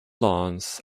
lawns